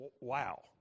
wow